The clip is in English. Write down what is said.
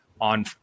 on